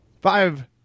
Five